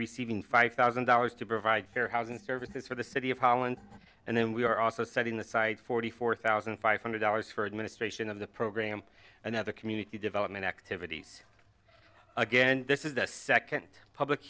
receiving five thousand dollars to provide fair housing services for the city of holland and then we are also setting aside forty four thousand five hundred dollars for administration of the program and other community development activities again this is the second public